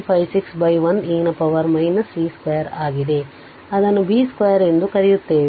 56 1 e ನ power v square ಆಗಿದೆ ಅದನ್ನು b ಸ್ಕ್ವೇರ್ ಎಂದು ಕರೆಯುತ್ತೇವೆ